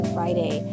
Friday